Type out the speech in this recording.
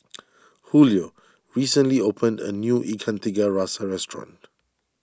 Hulio recently opened a new Ikan Tiga Rasa Restaurant